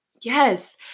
Yes